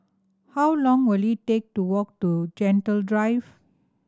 how long will it take to walk to Gentle Drive